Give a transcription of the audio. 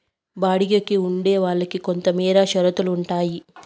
బాడుగికి ఉండే వాళ్ళకి కొంతమేర షరతులు ఉంటాయి